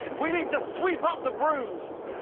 we need to sweep up the brooms.